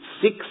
six